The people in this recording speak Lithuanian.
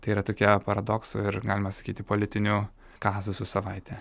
tai yra tokia paradoksų ir galima sakyti politinių kazusų savaitė